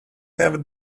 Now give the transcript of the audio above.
have